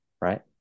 right